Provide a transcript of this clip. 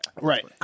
right